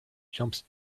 jumps